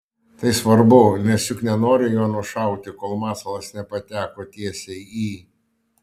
tai svarbu nes juk nenori jo nušauti kol masalas nepateko tiesiai į